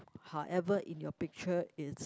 however in your picture it's